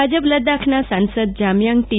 ભાજપ લદ્દાખના સાંસદ જામયાંગ ટી